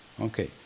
Okay